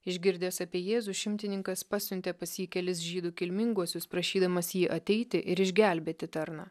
išgirdęs apie jėzų šimtininkas pasiuntė pas jį kelis žydų kilminguosius prašydamas jį ateiti ir išgelbėti tarną